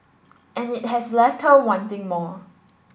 and it has left her wanting more